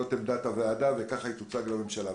זאת עמדת הוועדה וככה היא תוצג לממשלה.